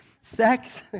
sex